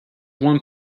one